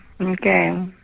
Okay